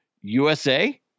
USA